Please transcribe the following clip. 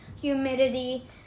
humidity